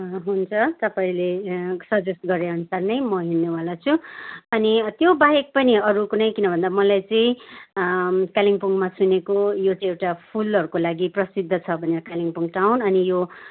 हुन्छ तपाईँले यहाँ सजेस्ट गरे अन्सार नै मो हिँड्नेवाला छु अनि यहाँ त्यो बाहेक पनि अरू कुनै किनभन्दा मलाई चाहिँ कालिम्पोङमा सुनेको यो चाहिँ एउटा फुलहरूको लागि प्रसिद्ध छ भनेर कालिम्पोङ टाउन अनि यो